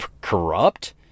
corrupt